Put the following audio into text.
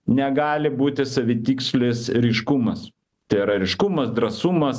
negali būti savitikslis ryškumas tai yra ryškumas drąsumas